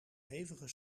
hevige